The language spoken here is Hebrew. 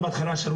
זה אחד הדיונים